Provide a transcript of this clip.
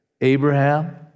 Abraham